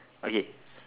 okay